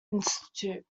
institute